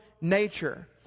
nature